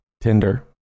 Tinder